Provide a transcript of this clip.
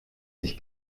sich